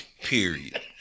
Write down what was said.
Period